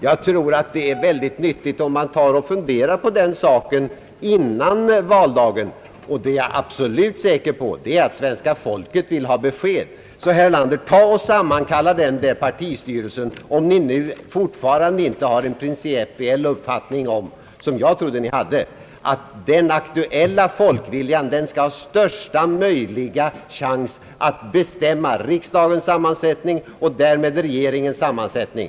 Jag tror det är viktigt att man tar och funderar på den saken före valdagen. Och jag är absolut säker på att svenska folket vill ha besked. Herr Erlander, sammankalla alltså partistyrelsen, om ni nu fortfarande inte har — vilket jag dock trodde att ni hade — den principiella uppfattningen att den aktuella folkviljan skall ha största möjliga chans att bestämma riksdagens sammansättning och därmed regeringens sammansättning.